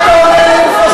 מה אתה אומר לגופו של עניין?